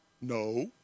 No